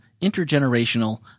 intergenerational